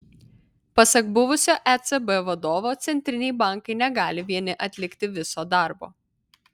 pasak buvusio ecb vadovo centriniai bankai negali vieni atlikti viso darbo